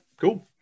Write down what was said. cool